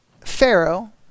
Pharaoh